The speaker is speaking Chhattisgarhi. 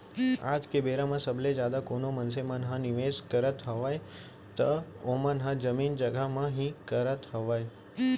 आज के बेरा म सबले जादा कोनो मनसे मन ह निवेस करत हावय त ओमन ह जमीन जघा म ही करत हावय